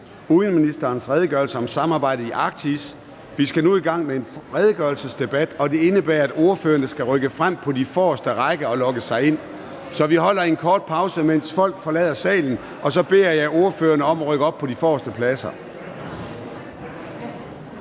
Formanden (Søren Gade): Vi skal nu i gang med en redegørelsesdebat, og det indebærer, at ordførerne skal rykke frem på de forreste rækker og logge sig ind. Så vi holder en kort pause, mens folk forlader salen, og så beder jeg ordførerne om at rykke op på de forreste pladser.